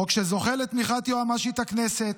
חוק שזוכה לתמיכת יועמ"שית הכנסת,